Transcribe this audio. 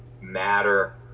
matter